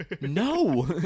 no